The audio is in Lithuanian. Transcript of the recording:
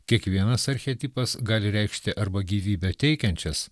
kiekvienas archetipas gali reikšti arba gyvybę teikiančias